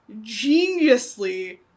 geniusly